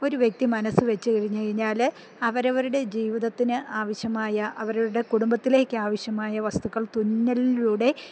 ഒരു വ്യക്തി മനസ് വെച്ച് കഴിഞ്ഞ് കഴിഞ്ഞാല് അവരവരുടെ ജീവിതത്തിന് ആവശ്യമായ അവരുടെ കുടുംബത്തിലേക്ക് ആവശ്യമായ വസ്തുക്കൾ തുന്നലിലൂടെ